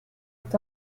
est